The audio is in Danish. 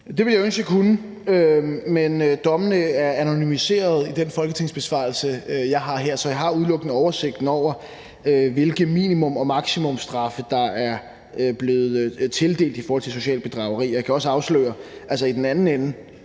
Det ville jeg ønske jeg kunne. Man dommene er anonymiseret i den folketingsbesvarelse, jeg har her. Så jeg har udelukkende oversigten over, hvilke minimum- og maksimumstraffe der er blevet tildelt i forhold til socialt bedrageri. Og jeg kan også afsløre, altså i den anden ende,